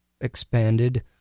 expanded